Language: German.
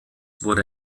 wurde